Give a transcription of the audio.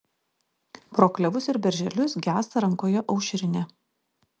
pro klevus ir berželius gęsta rankoje aušrinė